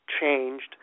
changed